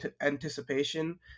anticipation